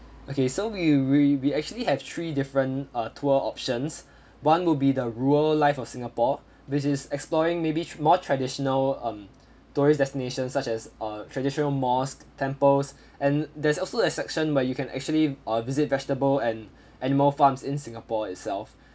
okay so we we we actually have three different uh tour options one will be the rural life of singapore this is exploring maybe more traditional um tourist destinations such as uh traditional mosque temples and there's also a section where you can actually uh visit vegetable and animal farms in singapore itself